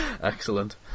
Excellent